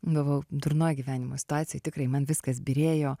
buvau durnoj gyvenimo situacijoj tikrai man viskas byrėjo